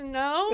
no